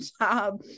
job